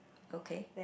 okay